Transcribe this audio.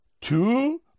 two